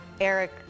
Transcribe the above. Eric